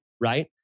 right